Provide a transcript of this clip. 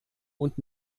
und